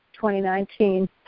2019